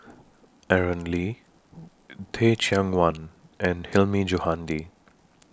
Aaron Lee Teh Cheang Wan and Hilmi Johandi